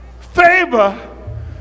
Favor